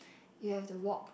you have to walk